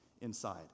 inside